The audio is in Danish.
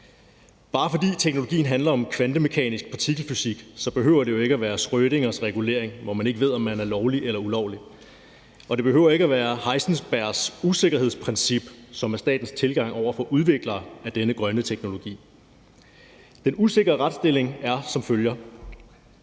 Bare fordi teknologien handler om kvantemekanisk partikelfysik, behøver det jo ikke at være Schrödingers regulering, hvor man ikke ved, om man er lovlig eller ulovlig, og det behøver ikke være Heisenbergs usikkerhedsprincip, som er statens tilgang over for udviklere af denne grønne teknologi. Den usikre retsstilling er som følger.